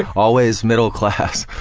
always middle class.